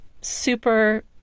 Super